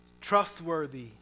Trustworthy